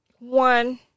One